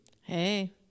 Hey